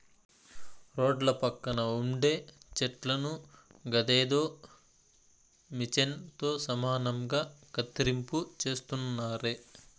రోడ్ల పక్కన ఉండే చెట్లను గదేదో మిచన్ తో సమానంగా కత్తిరింపు చేస్తున్నారే